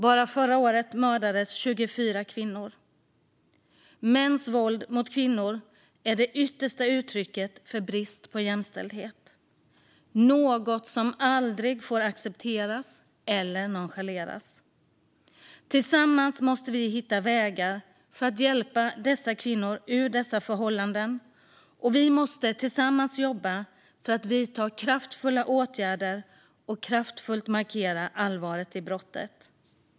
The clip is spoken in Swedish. Bara förra året mördades 24 kvinnor. Mäns våld mot kvinnor är det yttersta uttrycket för brist på jämställdhet - något som aldrig får accepteras eller nonchaleras. Tillsammans måste vi hitta vägar för att hjälpa kvinnor ur dessa förhållanden, och vi måste tillsammans jobba för att vidta kraftfulla åtgärder och kraftfullt markera allvaret i brottet.